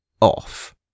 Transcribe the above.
off